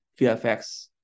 vfx